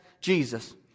Jesus